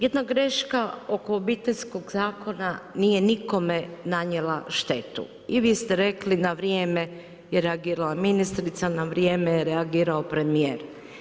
Jedna greška oko Obiteljskog zakona nije nikome nanijela štetu i vi ste rekli na vrijeme je reagirala ministrica, na vrijeme je reagirao premijer.